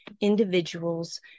individuals